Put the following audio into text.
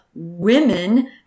women